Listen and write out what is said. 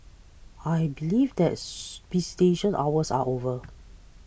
I believe that visitation hours are over